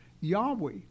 Yahweh